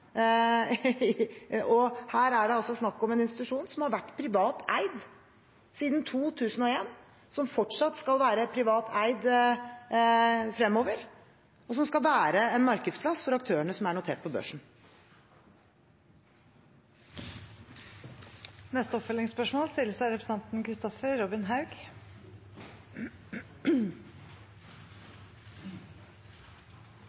og her er det altså snakk om en institusjon som har vært privat eid siden 2001, som fortsatt skal være privat eid fremover, og som skal være en markedsplass for aktørene som er notert på børsen. Kristoffer Robin Haug – til oppfølgingsspørsmål.